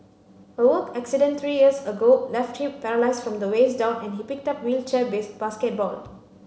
a work accident three years ago left him paralysed from the waist down and he picked up wheelchair base basketball